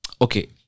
okay